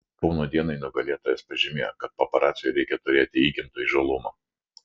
kauno dienai nugalėtojas pažymėjo kad paparaciui reikia turėti įgimto įžūlumo